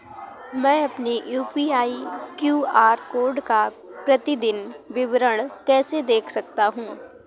मैं अपनी UPI QR code का प्रतीदीन विवरण कैसे देख सकता हूँ?